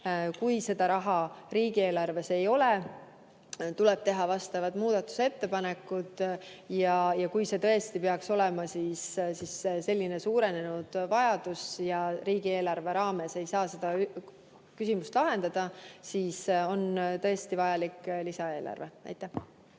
aga seda raha riigieelarves ei ole, siis tuleb teha muudatusettepanekud. Kui tõesti peaks olema suurenenud vajadus ja riigieelarve raames ei saa seda küsimust lahendada, siis on tõesti vajalik lisaeelarve. Aitäh!